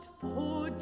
poor